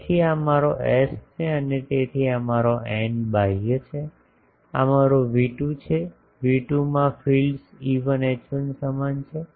તેથી આ મારો S છે અને તેથી આ મારો n બાહ્ય છે આ મારો V2 છે V2 માં ફીલ્ડ્સ E1 H1 સમાન છે